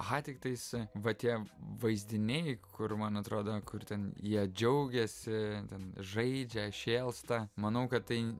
aha tiktais va tie vaizdiniai kur man atrodo kur ten jie džiaugiasi ten žaidžia šėlsta manau kad tai